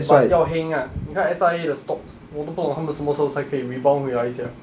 but 要 heng ah 你看 S_I_A 的 stocks 我都不懂他们什么时候才可以 rebound 回来 sia